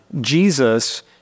Jesus